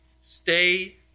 stay